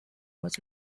was